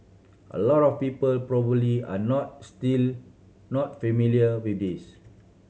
a lot of people probably are not still not familiar with this